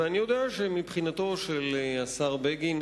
ואני יודע שמבחינתו של השר בגין,